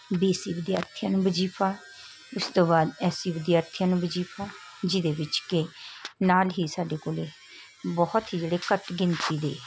B C ਵਿਦਿਆਰਥੀਆਂ ਨੂੰ ਵਜੀਫਾ ਉਸ ਤੋਂ ਬਾਅਦ ਐ ਸੀ ਵਿਦਿਆਰਥੀਆਂ ਨੂੰ ਵਜੀਫਾ ਜਿਹਦੇ ਵਿੱਚ ਕਿ ਨਾਲ ਹੀ ਸਾਡੇ ਕੋਲ ਬਹੁਤ ਹੀ ਜਿਹੜੇ ਘੱਟ ਗਿਣਤੀ ਦੇ